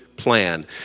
plan